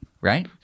right